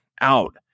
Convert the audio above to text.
out